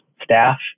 staff